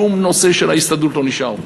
שום נושא של ההסתדרות לא נשאר.